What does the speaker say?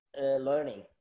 learning